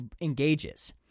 engages